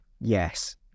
Yes